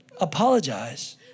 Apologize